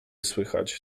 słychać